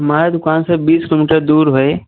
हमारे दुकान से बीस किलोमीटर दूर है